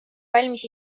valmis